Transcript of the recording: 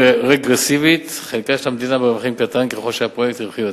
והיא רגרסיבית: חלקה של המדינה ברווחים קטן ככל שהפרויקט רווחי יותר.